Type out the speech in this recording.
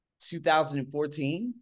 2014